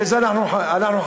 בזה אנחנו חלוקים.